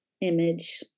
image